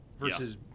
versus